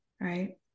right